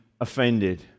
offended